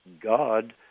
God